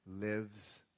lives